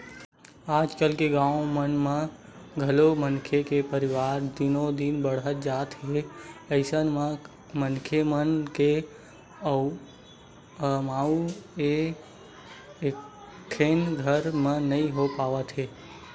आजकाल गाँव मन म घलोक मनखे के परवार दिनो दिन बाड़हत जात हे अइसन म मनखे मन के अमाउ ह एकेठन घर म नइ हो पात हे